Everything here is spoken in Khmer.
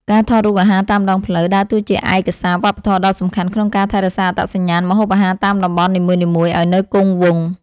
ការថតរូបអាហារតាមដងផ្លូវ ដើរតួជាឯកសារវប្បធម៌ដ៏សំខាន់ក្នុងការថែរក្សាអត្តសញ្ញាណម្ហូបអាហារតាមតំបន់នីមួយៗឱ្យនៅគង់វង្ស។